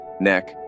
neck